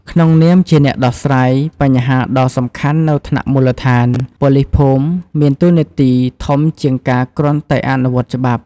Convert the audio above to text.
ក្នុងនាមជាអ្នកដោះស្រាយបញ្ហាដ៏សំខាន់នៅថ្នាក់មូលដ្ឋាន ប៉ូលីសភូមិមានតួនាទីធំជាងការគ្រាន់តែអនុវត្តច្បាប់។